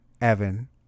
Evan